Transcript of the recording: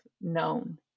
known